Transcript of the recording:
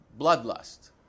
bloodlust